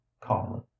calmly